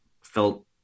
felt